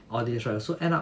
all these right so end up